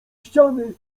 ściany